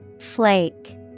Flake